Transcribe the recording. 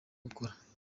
gukora